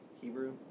Hebrew